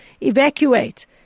evacuate